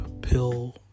pill